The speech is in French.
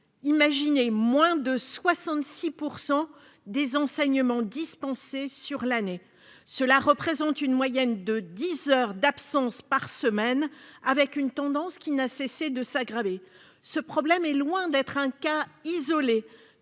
Imaginez, moins de 66 % des enseignements ont été dispensés au cours de l'année ! Cela représente une moyenne de dix heures d'absence par semaine, avec une tendance à l'augmentation qui n'a cessé de s'aggraver. Ce problème est loin d'être un cas isolé